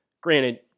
granted